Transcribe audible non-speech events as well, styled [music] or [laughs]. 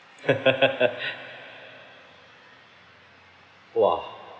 [laughs] [breath] !wah!